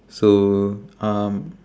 so um